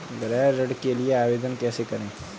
गृह ऋण के लिए आवेदन कैसे करें?